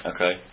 Okay